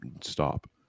stop